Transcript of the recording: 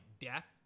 death